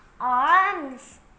Arms